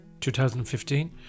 2015